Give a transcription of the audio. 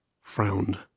frowned